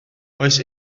oes